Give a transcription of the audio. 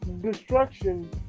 destruction